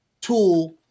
tool